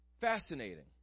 Fascinating